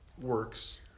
works